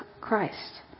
Christ